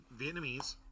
Vietnamese